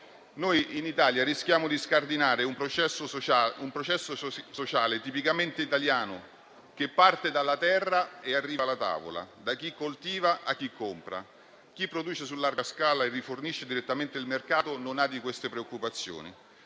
Noi in Italia rischiamo di scardinare un processo sociale tipicamente italiano, che parte dalla terra e arriva alla tavola, da chi coltiva a chi compra. Chi produce su larga scala e rifornisce direttamente il mercato non ha di queste preoccupazioni.